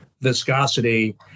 viscosity